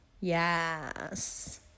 Yes